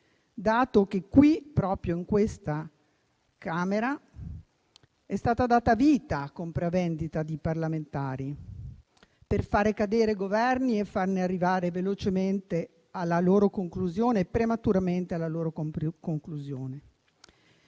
dato che qui, proprio in questa Camera, è stata data vita a compravendita di parlamentari per fare cadere Governi e farli arrivare velocemente e prematuramente alla loro conclusione.